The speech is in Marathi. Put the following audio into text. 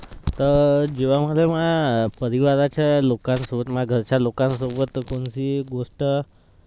तर जेव्हा मला माझ्या परिवाराच्या लोकांसोबत माझ्या घरच्या लोकांसोबत कोणती गोष्ट